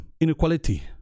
Inequality